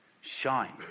shine